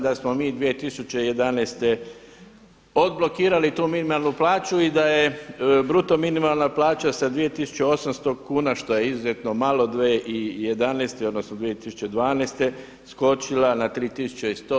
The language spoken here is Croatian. Da smo mi 2011. odblokirali tu minimalnu plaću i da je bruto minimalna plaća sa 2800 kuna što je izuzetno malo 2011. odnosno 2012. skočila na 3100.